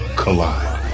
collide